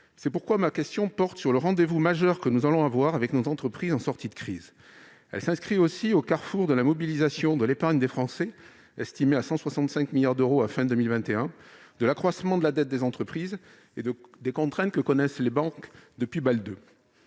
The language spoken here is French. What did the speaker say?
C'est pourquoi ma question porte sur le rendez-vous majeur que nous allons avoir avec nos entreprises en sortie de crise. Elle s'inscrit aussi au carrefour de la mobilisation de l'épargne des Français, estimée à 165 milliards d'euros à la fin de 2021, de l'accroissement de la dette des entreprises et des contraintes que connaissent les banques depuis Bâle II.